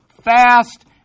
fast